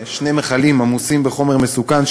שני מכלים עמוסים בחומר מסוכן,